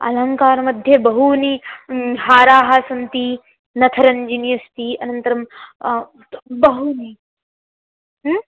अलङ्कारमध्ये बहवः हाराः सन्ति नखरञ्जनी अस्ति अनन्तरं बहूनि